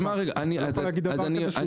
רגע, הוא מתנגד למגורים.